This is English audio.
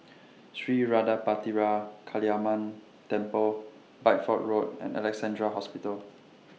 Sri Vadapathira Kaliamman Temple Bideford Road and Alexandra Hospital